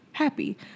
happy